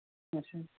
کیٚنہہ چھُنہٕ